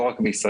לא רק בישראל,